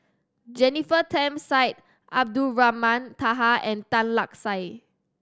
Jennifer Tham Syed Abdulrahman Taha and Tan Lark Sye